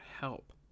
help